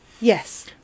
Yes